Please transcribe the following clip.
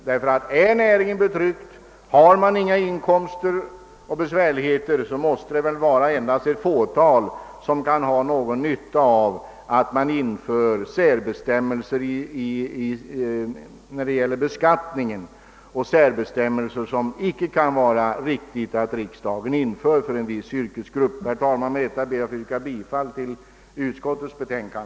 Om en näring är betryckt och dess utövare får minskade inkomster samt dras med andra besvärligheter, är det endast ett fåtal som kan ha någon nytta av införandet av särbestämmelser i fråga om beskattningen. Det kan inte vara riktigt att riksdagen inför särbestämmelser för en viss yrkesgrupp. Herr talman! Med detta ber jag att få yrka bifall till utskottets hemställan.